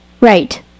Right